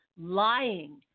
lying